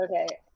Okay